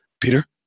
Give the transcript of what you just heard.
Peter